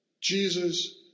Jesus